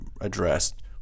addressed